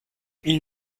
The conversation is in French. ils